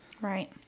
Right